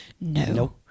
No